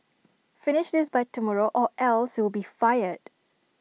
finish this by tomorrow or else you'll be fired